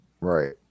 right